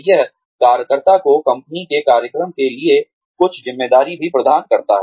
यह कार्यकर्ता को कंपनी के कार्यक्रम के लिए कुछ ज़िम्मेदारी भी प्रदान करता है